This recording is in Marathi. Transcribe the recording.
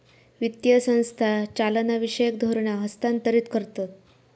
वित्तीय संस्था चालनाविषयक धोरणा हस्थांतरीत करतत